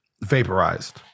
vaporized